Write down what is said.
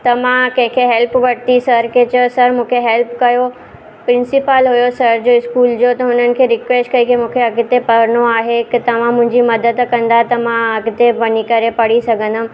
त मां कंहिंखे हेल्प वरिती सर खे चयो सर मूंखे हेल्प कयो प्रिंसिपल हुयो सर जो स्कूल जो त हुननि खे रिक़्वैस्ट कई की मूंखे अॻिते पढ़िनो आहे की तव्हां मुंहिंजी मदद कंदा त मां अॻिते वञी करे पढ़ी सघंदमि